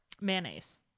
mayonnaise